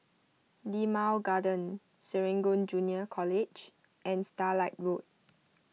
Limau Garden Serangoon Junior College and Starlight Road